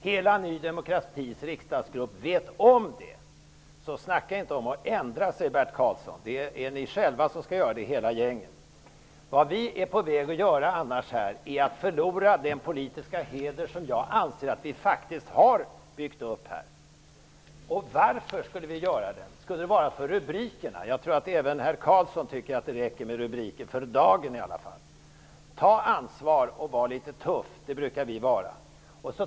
Hela Ny demokratis riksdagsgrupp vet om det. Så snacka inte om att ändra sig, Bert Karlsson! Det är ni själva som skall ändra er, hela gänget. Vad vi annars är på väg att göra är att förlora den politiska heder som jag anser att vi faktiskt har byggt upp här i riksdagen. Varför skulle vi göra det? Skulle det vara för rubrikernas skull? Jag tror att även herr Karlsson tycker att det räcker med rubriker -- för dagen i alla fall. Tag ansvar och var litet tuff! Det brukar vi vara.